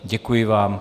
Děkuji vám.